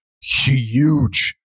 huge